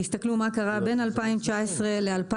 תסתכלו מה קרה בין 2019 ל-2022.